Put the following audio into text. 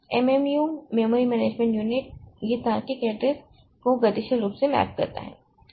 MMU memory management unit यह तार्किक address को गतिशील रूप से मैप करता है